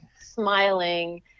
smiling